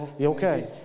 Okay